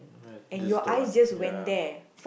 right this is the one ya